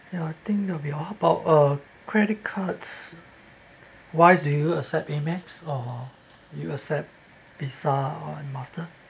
ya I think that'll be all oh uh credit cards wise do you accept Amex or you accept Visa or Master